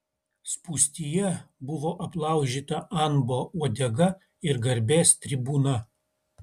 spūstyje buvo aplaužyta anbo uodega ir garbės tribūna